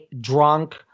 drunk